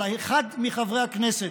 אלא על אחד מחברי הכנסת,